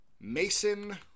Mason